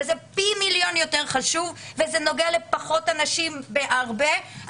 וזה פי מיליון יותר חשוב וזה נוגע לפחות אנשים בהרבה,